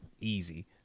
easy